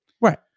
Right